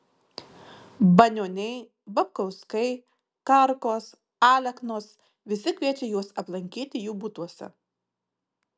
banioniai babkauskai karkos aleknos visi kviečia juos aplankyti jų butuose